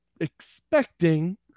expecting